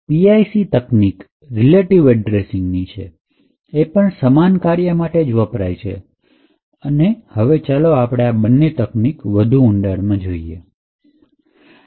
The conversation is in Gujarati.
PIC તકનીક રિલેટિવ એડ્રેસિંગની છે એ પણ સમાન કાર્ય માટે વપરાય છે આપણે બંને તકનીક વધુ ઊંડાણમાં જોઈશું